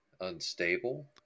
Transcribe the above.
unstable